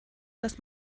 dass